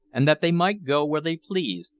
and that they might go where they pleased,